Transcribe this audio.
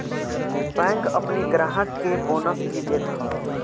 bank अपनी ग्राहक के बोनस भी देत हअ